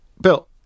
Bill